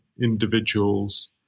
individuals